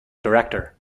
director